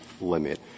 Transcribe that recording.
limit